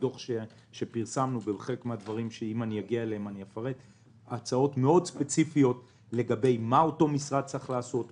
הדוח שפרסמנו יש הצעות מאוד ספציפיות לגבי מה שאותו משרד צריך לעשות,